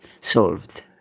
solved